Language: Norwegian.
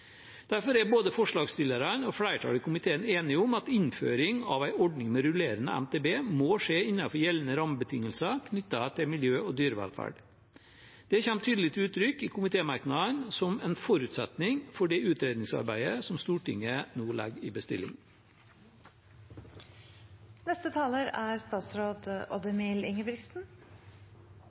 Derfor er forslagsstillerne og flertallet i komiteen enige om at innføring av en ordning med rullerende MTB må skje innenfor gjeldende rammebetingelser knyttet til miljø og dyrevelferd. Det kommer tydelig til uttrykk i komitémerknaden som en forutsetning for det utredningsarbeidet som Stortinget nå legger i